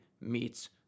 meets